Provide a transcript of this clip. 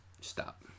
stop